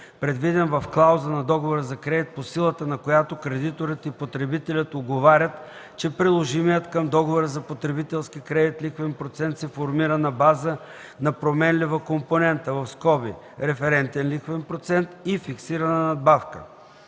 предвиден в клауза на договора за кредит, по силата на която кредиторът и потребителят уговарят, че приложимият към договора за потребителски кредит лихвен процент се формира на база на променлива компонента (референтен лихвен процент) и фиксирана надбавка.